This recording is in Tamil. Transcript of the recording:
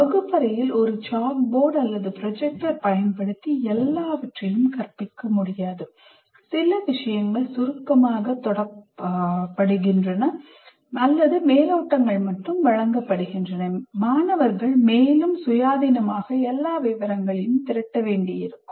வகுப்பறையில் ஒரு Chalkboard அல்லது Projector பயன்படுத்தி எல்லாவற்றையும் கற்பிக்க முடியாது சில விஷயங்கள் சுருக்கமாகத் தொடப்படுகின்றன அல்லது மேலோட்டங்கள் வழங்கப்படுகின்றன மேலும் மாணவர்கள் சுயாதீனமாக எல்லா விவரங்களையும் திரட்ட வேண்டியிருக்கும்